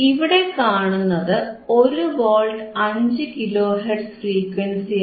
ഇവിടെ കാണുന്നത് 1 volt 5 kilo hertz ഫ്രീക്വൻസിയാണ്